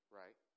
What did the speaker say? right